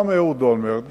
גם אהוד אולמרט,